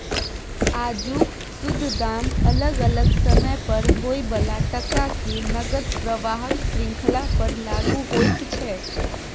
आजुक शुद्ध दाम अलग अलग समय पर होइ बला टका के नकद प्रवाहक श्रृंखला पर लागु होइत छै